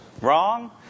wrong